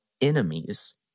enemies